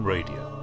Radio